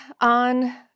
on